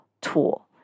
tool